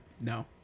no